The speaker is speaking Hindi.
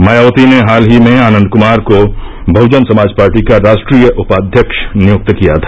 मायावती ने हाल ही में आनंद कुमार को बहुजन समाज पार्टी का राष्ट्रीय उपाध्यक्ष नियुक्त किया था